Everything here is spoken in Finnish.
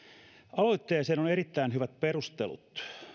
aloitteeseen on on erittäin hyvät perustelut